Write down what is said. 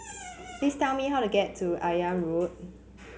please tell me how to get to Akyab Road